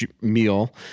meal